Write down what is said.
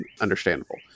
understandable